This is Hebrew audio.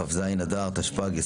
כ"ז אדר התשפ"ג,